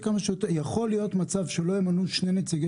יכול להיות מצב שלא ימנו שני נציגי